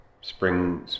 spring